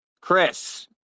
Chris